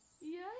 Yes